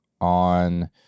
on